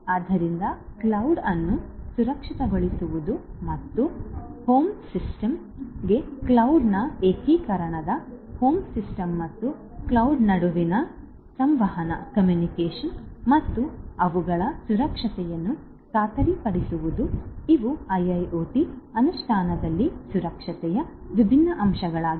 ಆದ್ದರಿಂದ ಕ್ಲೌಡ್ ಅನ್ನು ಸುರಕ್ಷಿತಗೊಳಿಸುವುದು ಮತ್ತು ಹೋಮ್ ಸಿಸ್ಟಮ್ಗೆ ಕ್ಲೌಡ್ ನ ಏಕೀಕರಣ ಮತ್ತು ಹೋಮ್ ಸಿಸ್ಟಮ್ ಮತ್ತು ಕ್ಲೌಡ್ ನಡುವಿನ ಸಂವಹನ ಮತ್ತು ಅವುಗಳ ಸುರಕ್ಷತೆಯನ್ನು ಖಾತ್ರಿಪಡಿಸುವುದು ಇವು IIoT ಅನುಷ್ಠಾನದಲ್ಲಿ ಸುರಕ್ಷತೆಯ ವಿಭಿನ್ನ ಅಂಶಗಳಾಗಿವೆ